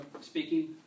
speaking